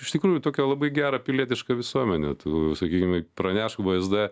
iš tikrųjų tokią labai gerą pilietišką visuomenę tų sakykim į pranešk vsd